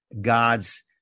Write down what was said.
god's